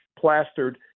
plastered